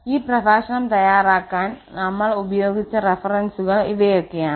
ഈ പ്രഭാഷണം തയ്യാറാക്കാൻ നമ്മൾ ഉപയോഗിച്ച റഫറൻസുകൾ ഇവയൊക്കെയാണ്